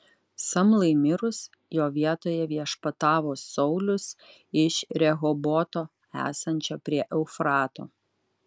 samlai mirus jo vietoje viešpatavo saulius iš rehoboto esančio prie eufrato